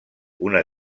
una